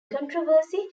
controversy